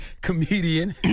comedian